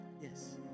Yes